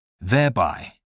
thereby